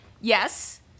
Yes